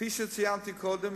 כפי שציינתי קודם,